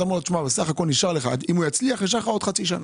אתה בא ואומר לו שנשארה לו עוד חצי שנה.